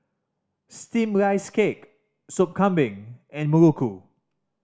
Steamed Rice Cake Soup Kambing and muruku